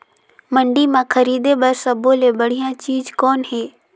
मंडी म खरीदे बर सब्बो ले बढ़िया चीज़ कौन हे?